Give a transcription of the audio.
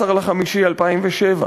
ב-14 במאי 2007,